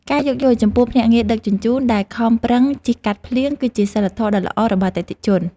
ការយោគយល់ចំពោះភ្នាក់ងារដឹកជញ្ជូនដែលខំប្រឹងជិះកាត់ភ្លៀង គឺជាសីលធម៌ដ៏ល្អរបស់អតិថិជន។